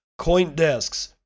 CoinDesks